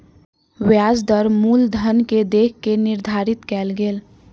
ब्याज दर मूलधन के देख के निर्धारित कयल गेल